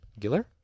Giller